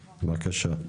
בבקשה.